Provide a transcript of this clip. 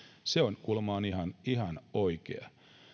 se kulma on ihan ihan oikea